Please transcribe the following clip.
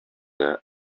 are